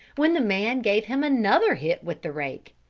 when the man gave him another hit with the rake.